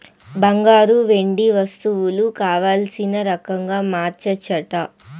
బంగారు, వెండి వస్తువులు కావల్సిన రకంగా మార్చచ్చట